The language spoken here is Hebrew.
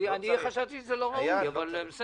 אני חשבתי שזה לא ראוי, אבל בסדר.